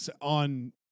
on